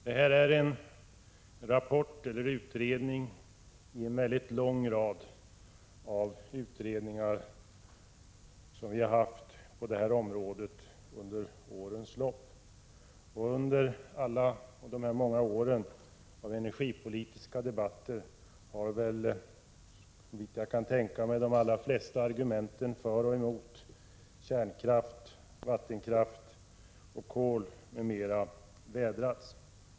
Detta är en rapport i en mycket lång rad av utredningar som har gjorts på det här området under årens lopp. Under de många åren av energipolitiska debatter har — såvitt jag kan förstå — de allra flesta argumenten för och emot kärnkraft, vattenkraft, kolkraft m.m. vädrats.